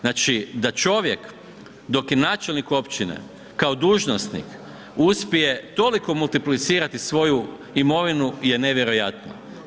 Znači da čovjek dok je načelnik općine kao dužnosnik uspije toliko multiplicirati svoju imovinu je nevjerojatno.